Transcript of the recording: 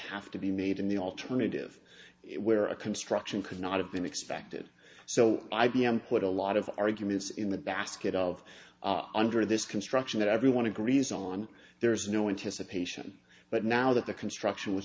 have to be made in the alternative where a construction could not have been expected so i b m put a lot of arguments in the basket of under this construction that everyone agrees on there is no intice a patient but now that the construction was